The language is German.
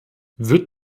wird